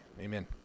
Amen